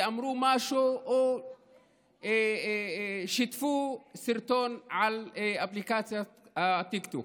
אמרו משהו או שיתפו סרטון באפליקציית טיקטוק.